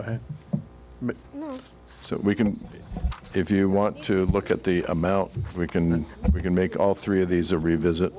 so we can if you want to look at the amount we can we can make all three of these a revisit